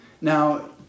Now